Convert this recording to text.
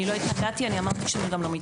אני לא התנגדתי, אני אמרתי שאני גם לא מתנגדת.